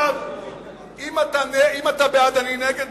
אם אתה בעד אני נגד,